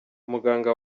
umuganga